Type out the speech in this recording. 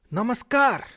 Namaskar